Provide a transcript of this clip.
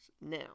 now